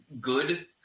Good